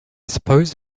suppose